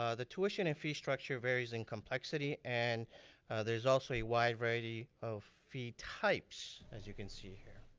ah the tuition and fee structure varies in complexity and there's always a wide variety of fee types as you can see here.